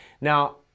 Now